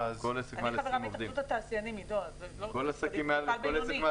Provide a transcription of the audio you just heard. אני חברה בהתאחדות התעשיינים ואני מפעל בינוני.